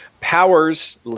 Powers